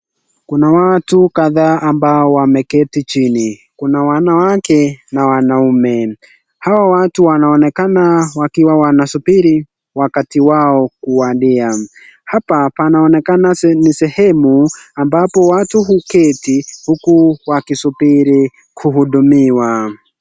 Kuna watu kadhaa ambao wameketi chini, Kuna wanawake na wanaume Hawa watu wanaonekana wakiwa wanasubiri wakati wao kuwadia. Hapa panaonekana ni sehemu ambapo watu huketi huku wakisubiri kuhudumiwa.